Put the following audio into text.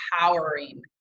empowering